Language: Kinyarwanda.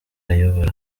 ayobora